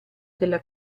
della